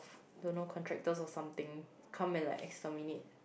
don't know contractors or something come and like exterminate